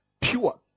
pure